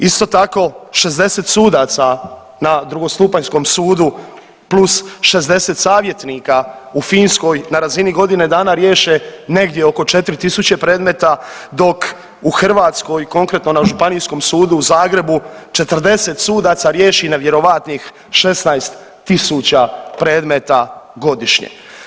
Isto tako 60 sudaca na drugostupanjskom sudu plus 60 savjetnika u Finskoj na razini godine dana riješe negdje oko 4 tisuće predmeta dok u Hrvatskoj, konkretno na Županijskom sudu u Zagrebu 40 sudaca riješi nevjerojatnih 16 tisuća predmeta godišnje.